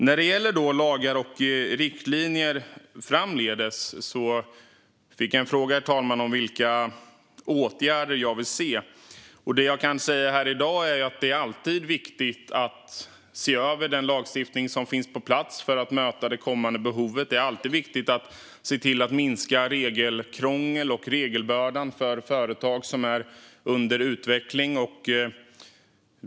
När det gäller lagar och riktlinjer framdeles, herr talman, fick jag en fråga om vilka åtgärder jag vill se. Det jag kan säga här i dag är att det alltid är viktigt att se över den lagstiftning som finns på plats för att möta det kommande behovet. Det är alltid viktigt att se till att minska regelkrånglet och regelbördan för företag som är under utveckling.